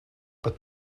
but